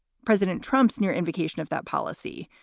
president trump's near invocation of that policy.